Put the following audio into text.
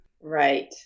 Right